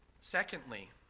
Secondly